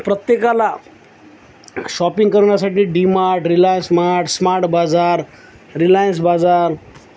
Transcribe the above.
प्रत्येकाला शॉपिंग करण्यासाठी डी मार्ट रिलायन्स मार्ट स्मार्ट बाजार रिलायन्स बाजार